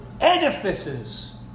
edifices